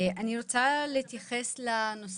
למד אותו לדוג, ואל תיתן לו ארוחת